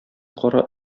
кара